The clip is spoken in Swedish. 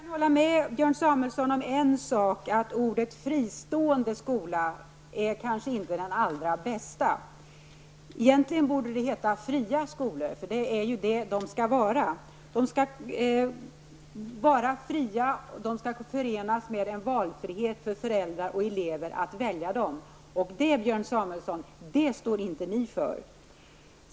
Herr talman! Jag kan hålla med Björn Samuelson om en sak, nämligen att benämningen ''fristående skolor'' kanske inte är den allra bästa. Egentligen borde det heta ''fria skolor'', eftersom det är vad de skall vara. De skall vara fria, och de skall vara förenade med en valfrihet på så sätt att föräldrar och elever kan välja dem. Det, Björn Samuelson, står inte ni för.